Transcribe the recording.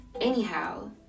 anyhow